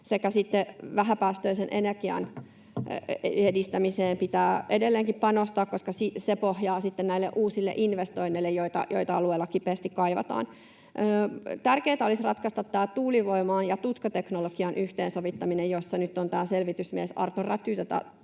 sitten vähäpäästöisen energian edistämiseen pitää edelleenkin panostaa, koska se luo pohjaa sitten näille uusille investoinneille, joita alueella kipeästi kaivataan. Tärkeätä olisi ratkaista tämä tuulivoiman ja tutkateknologian yhteensovittaminen, jossa nyt on tämä selvitysmies Arto Räty